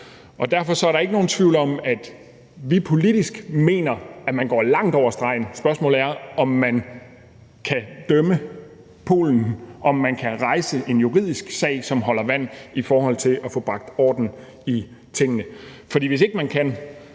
Der er ikke nogen tvivl om, at vi politisk mener, at man går langt over stregen. Spørgsmålet er, om man kan dømme Polen, altså om man kan rejse en juridisk sag, som holder vand, i forhold til at få bragt orden i tingene. For hvis ikke man kan,